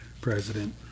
president